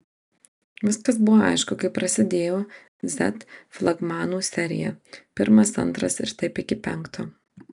viskas buvo aišku kai prasidėjo z flagmanų serija pirmas antras ir taip iki penkto